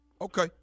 Okay